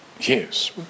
Yes